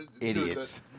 Idiots